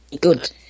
Good